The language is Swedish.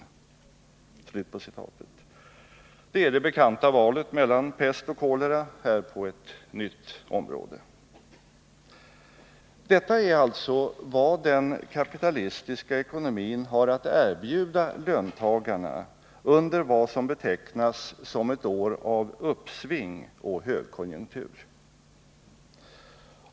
Det är det bekanta valet mellan pest och kolera, här på ett nytt område. Detta är alltså vad den kapitalistiska ekonomin har att erbjuda löntagarna under vad som betecknas såsom ett år av uppsving och högkonjunktur.